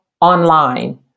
online